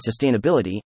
sustainability